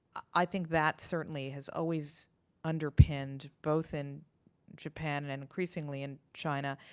i think that certainly has always underpinned, both in japan and increasingly in china,